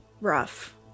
rough